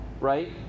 right